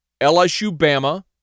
LSU-Bama